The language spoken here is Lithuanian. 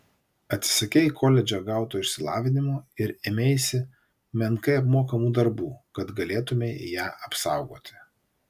atsisakei koledže gauto išsilavinimo ir ėmeisi menkai apmokamų darbų kad galėtumei ją apsaugoti